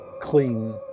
clean